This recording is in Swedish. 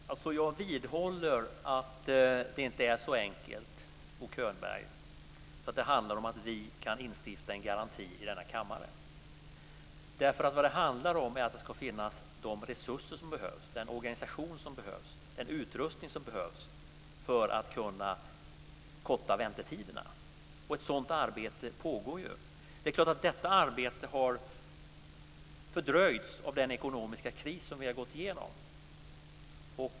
Herr talman! Jag vidhåller att det inte är så enkelt, Bo Könberg, att det handlar om att vi ska instifta en garanti i denna kammare. Vad det handlar om är att de resurser och den organisation och utrustning som behövs för att vi ska kunna korta väntetiderna ska finnas. Ett sådant arbete pågår ju. Det är klart att detta arbete har fördröjts av den ekonomiska kris som vi har gått igenom.